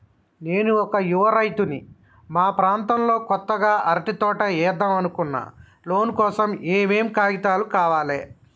నేను ఒక యువ రైతుని మా ప్రాంతంలో కొత్తగా అరటి తోట ఏద్దం అనుకుంటున్నా లోన్ కోసం ఏం ఏం కాగితాలు కావాలే?